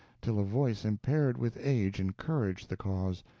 till a voice impaired with age encouraged the cause,